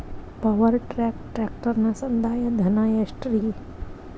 Power track ಟ್ರ್ಯಾಕ್ಟರನ ಸಂದಾಯ ಧನ ಎಷ್ಟ್ ರಿ?